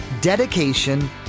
Dedication